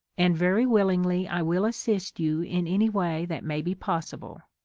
and very willingly i will assist you in any way that may be possible.